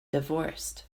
divorced